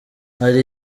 hari